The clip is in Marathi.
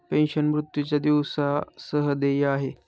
पेन्शन, मृत्यूच्या दिवसा सह देय आहे